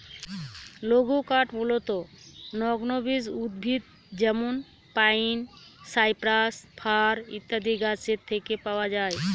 লঘুকাঠ মূলতঃ নগ্নবীজ উদ্ভিদ যেমন পাইন, সাইপ্রাস, ফার ইত্যাদি গাছের থেকে পাওয়া যায়